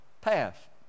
path